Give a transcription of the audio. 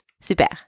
Super